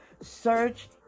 search